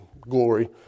glory